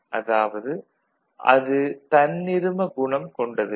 அதாவது அது தன்னிரும குணம் கொண்டதில்லை